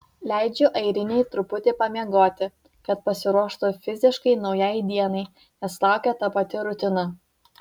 leidžiu airinei truputį pamiegoti kad pasiruoštų fiziškai naujai dienai nes laukia ta pati rutina